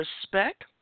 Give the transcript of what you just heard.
respect